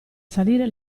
salire